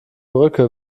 brücke